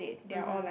mmhmm